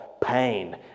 pain